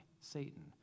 Satan